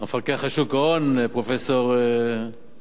המפקח על שוק ההון פרופסור שגיא